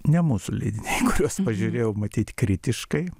ne mūsų leidiniai į kuriuos pažiūrėjau matyt kritiškai